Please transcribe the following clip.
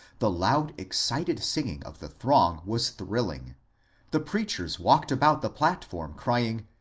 the loud excited singing of the throng was thrilling the preachers walked about the platform, crying,